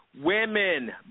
women